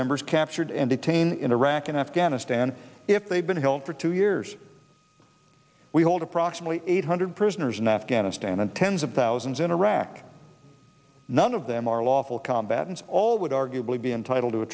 members captured and detained in iraq and afghanistan if they've been held for two years we hold approximately eight hundred prisoners in afghanistan and tens of thousands in iraq none of them are lawful combatants all would arguably be entitled to a